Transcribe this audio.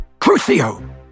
Crucio